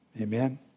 Amen